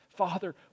Father